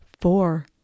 four